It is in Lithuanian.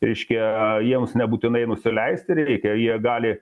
reiškia jiems nebūtinai nusileisti reikia jie gali